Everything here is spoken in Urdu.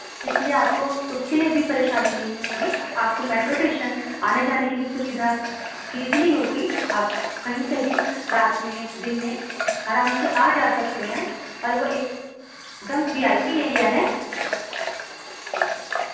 اس لیے آپ کو اس کے لیے بھی پریشانی نہیں ہوگی آپ کو میٹرو ٹیشن آنے جانے کی بھی سویدھا ایزیلی ہوگئی آپ کہیں سے بھی رات میں دن میں آرام سے آ جا سکتے ہیں اور وہ ایک ایک دم وی آئی پی ایریا ہے